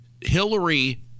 hillary